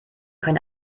kein